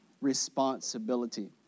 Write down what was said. responsibility